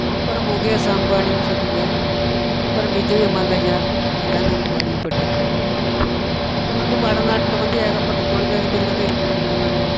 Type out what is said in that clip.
அப்புறம் முகேஷ் அம்பானின்னு சொல்லிங்க அப்புறம் விஜய மல்லையா இப்படி தான் நம்ம கேள்விப்பட்டிருக்கறங்க வா வந்து வடநாட்டில் வந்து ஏகப்பட்ட தொழில் அதிபர்கள் இருக்கிறாங்களாமாங்க